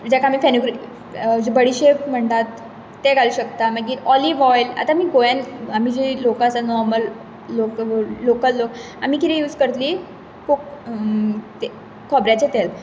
जेका आमी फेनुग्रिक बडिशेप म्हणटात ते घालूंत शकतात मागीर ऑलिव ऑयल आता मी गोव्यात आमी जे लोक आसा नॉर्मल लोक लोकल लोक आमी कितें यूज करतली कोक म खोबऱ्याचे तेल